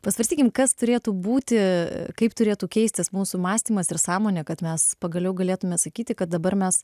pasvarstykim kas turėtų būti kaip turėtų keistis mūsų mąstymas ir sąmonė kad mes pagaliau galėtume sakyti kad dabar mes